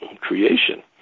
creation